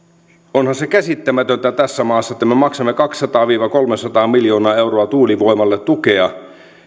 onhan se käsittämätöntä tässä maassa että me maksamme kaksisataa viiva kolmesataa miljoonaa euroa tuulivoimalle tukea